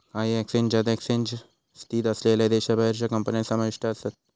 काही एक्सचेंजात एक्सचेंज स्थित असलेल्यो देशाबाहेरच्यो कंपन्या समाविष्ट आसत